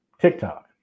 TikTok